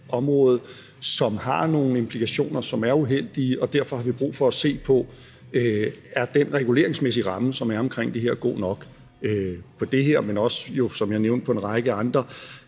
område, som har nogle implikationer, som er uheldige, og derfor har vi brug for at se på, om den reguleringsmæssige ramme, som er omkring det her, er god nok på det her område, men som jeg nævnte jo også på en række andre